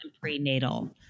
prenatal